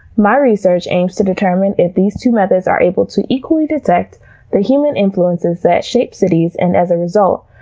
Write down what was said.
my research aims to determine if these two methods are able to equally detect the human influences that shape cities, and as a result,